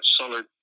solid